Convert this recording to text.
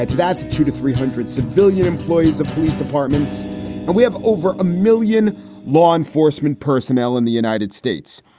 add to that the two to three hundred civilian employees of police departments and we have over a million law enforcement personnel in the united states,